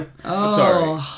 Sorry